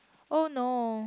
oh no